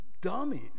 dummies